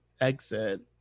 exit